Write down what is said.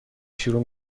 شروع